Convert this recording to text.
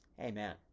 Amen